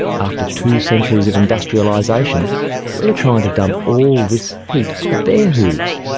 after two centuries of industrialisation we're trying to dump all this heat at their hooves.